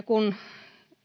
kun